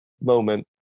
moment